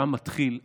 שם מתחיל הכסף.